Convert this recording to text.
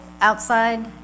outside